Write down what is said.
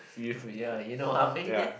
you ya you know what I mean ya